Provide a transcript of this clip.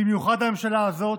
במיוחד הממשלה הזאת.